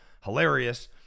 Hilarious